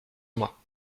moi